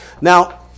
Now